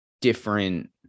different